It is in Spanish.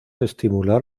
estimular